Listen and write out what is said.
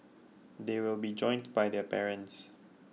they will be joined by their parents